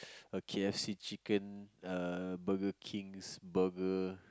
K_F_C chicken uh Burger-King's burger